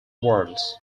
worlds